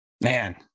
Man